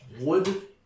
wood-